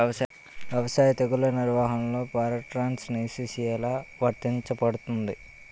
వ్యవసాయ తెగుళ్ల నిర్వహణలో పారాట్రాన్స్జెనిసిస్ఎ లా వర్తించబడుతుంది?